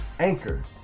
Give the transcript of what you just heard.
Anchor